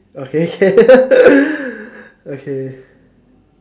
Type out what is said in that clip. okay k okay